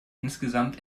insgesamt